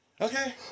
okay